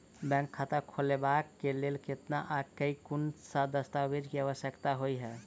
Bank खाता खोलबाबै केँ लेल केतना आ केँ कुन सा दस्तावेज केँ आवश्यकता होइ है?